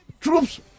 troops